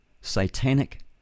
satanic